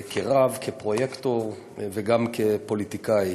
כרב, כפרויקטור וגם כפוליטיקאי.